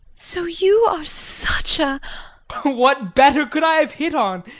so you are such a what better could i have hit on!